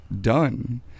done